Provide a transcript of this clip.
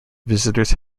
visitors